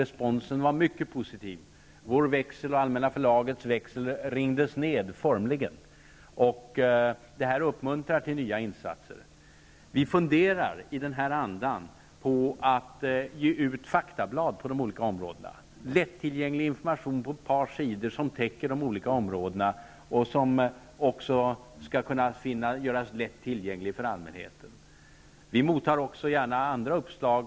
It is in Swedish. Responsen blev mycket positiv. Vår växel och även Allmänna Förlagets växel blev formligen nedringda. Det här uppmuntrar till nya insatser. Vi funderar i denna anda på att ge ut faktablad på de olika områdena, lättfattlig information på ett par sidor som täcker de olika områdena och som också skall kunna göras lätt tillgänglig för allmänheten. Vi mottar också gärna andra uppslag.